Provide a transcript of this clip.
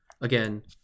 again